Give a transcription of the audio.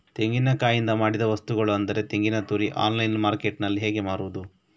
ತೆಂಗಿನಕಾಯಿಯಿಂದ ಮಾಡಿದ ವಸ್ತುಗಳು ಅಂದರೆ ತೆಂಗಿನತುರಿ ಆನ್ಲೈನ್ ಮಾರ್ಕೆಟ್ಟಿನಲ್ಲಿ ಹೇಗೆ ಮಾರುದು?